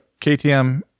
ktm